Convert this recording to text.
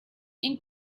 ink